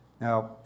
Now